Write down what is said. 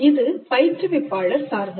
இது பயிற்றுவிப்பாளர் சார்ந்தது